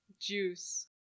Juice